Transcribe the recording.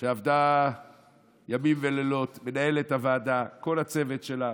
שעבדה ימים ולילות, למנהלת הוועדה ולכל הצוות שלה.